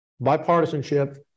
bipartisanship